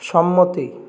সম্মতি